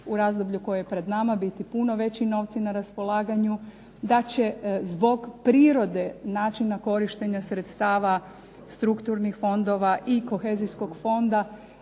u razdoblju koje je pred nama biti puno veći novci na raspolaganju, da će zbog prirode načina korištenja sredstava strukturnih fondova i kohezijskog fonda